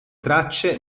tracce